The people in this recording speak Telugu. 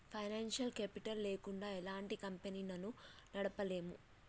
ఫైనాన్సియల్ కేపిటల్ లేకుండా ఎలాంటి కంపెనీలను నడపలేము